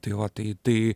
tai va tai tai